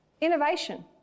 Innovation